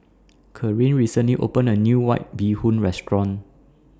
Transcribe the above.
Kareen recently opened A New White Bee Hoon Restaurant